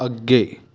ਅੱਗੇ